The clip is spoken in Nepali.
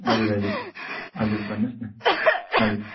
हजुर हजुर हजुर भन्नुहोस् न हजुर